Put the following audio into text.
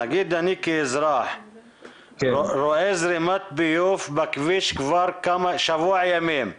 נגיד אני כאזרח רואה זרימת ביוב בכביש שבוע ימים,